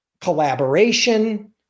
collaboration